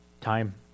Time